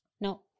no